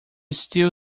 still